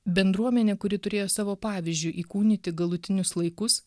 bendruomenė kuri turėjo savo pavyzdžiu įkūnyti galutinius laikus